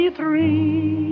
three